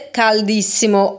caldissimo